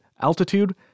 altitude